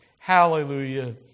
Hallelujah